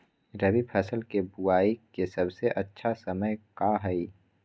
रबी फसल के बुआई के सबसे अच्छा समय का हई?